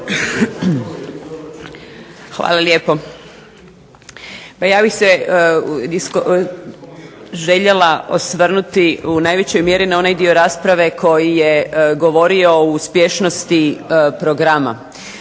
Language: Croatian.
Hvala lijepo. Pa ja bih se željela osvrnuti u najvećoj mjeri na onaj dio rasprave koji je govorio o uspješnosti programa